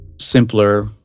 simpler